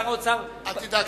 אל תדאג,